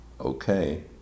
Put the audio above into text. Okay